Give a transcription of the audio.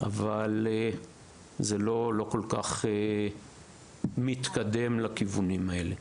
אבל זה לא כל כך מתקדם לכיוונים האלה.